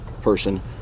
person